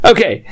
Okay